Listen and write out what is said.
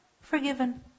forgiven